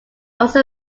also